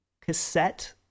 cassette